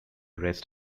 rest